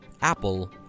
Apple